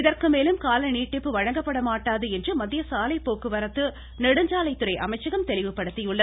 இதற்கு மேலும் கால நீட்டிப்பு வழங்கப்பட மாட்டாது என்று மத்திய சாலை போக்குவரத்து நெடுஞ்சாலை துறை அமைச்சகம் தெளிவுபடுத்தியுள்ளது